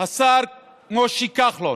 השר משה כחלון